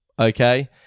okay